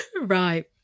Right